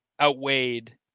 outweighed